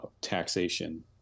taxation